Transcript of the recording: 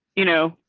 you know,